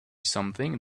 something